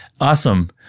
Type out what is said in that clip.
Awesome